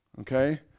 Okay